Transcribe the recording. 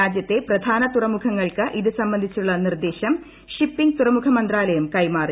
രാജ്യത്തെ പ്രധാന തുറമുഖങ്ങൾക്ക് ഇത് സംബന്ധിച്ചുള്ള നിർദ്ദേശം ഷിപ്പിംഗ് തുറമുഖ മന്ത്രാലയം കൈമാറി